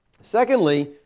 Secondly